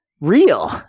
real